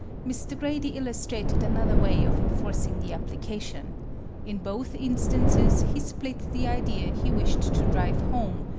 mr. grady illustrated another way of enforcing the application in both instances he split the idea he wished to drive home,